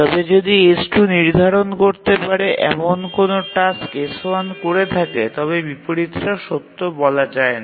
তবে যদি S2 নির্ধারণ করতে পারে এমন কোনও টাস্ক S1 করে থাকে তবে বিপরীতটা সত্য বলা যায় না